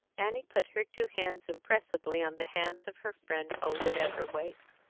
annie put her two hands impressively on the hands of her friend folded at her waist.